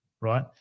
right